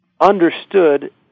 understood